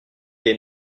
des